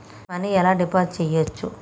Money ఎలా deposit చేయచ్చు?